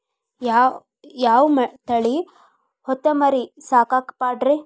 ಯಾವ ತಳಿ ಹೊತಮರಿ ಸಾಕಾಕ ಪಾಡ್ರೇ?